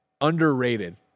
underrated